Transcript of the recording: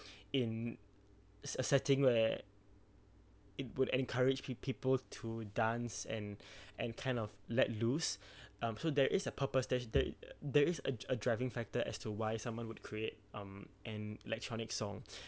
in a s~ setting where it would encourage peo~ people to dance and and kind of let loose um so there is a purpose there's there there is a a dri~ driving factor as to why someone would create um an electronic songs